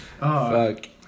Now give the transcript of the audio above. Fuck